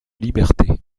liberté